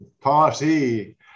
Party